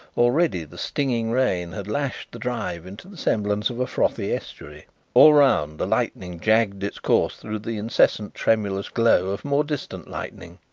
already the stinging rain had lashed the drive into the semblance of a frothy estuary all round the lightning jagged its course through the incessant tremulous glow of more distant lightning,